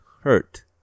hurt